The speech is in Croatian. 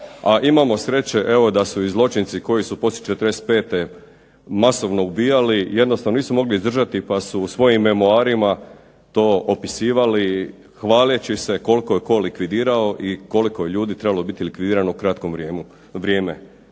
a imamo sreće evo da su i zločinci koji su poslije '45.-te masovno ubijali jednostavno nisu mogli izdržati pa su u svojim memoarima to opisivali hvaleći se koliko je tko likvidirao i koliko je ljudi trebalo biti likvidirano u kratko vrijeme.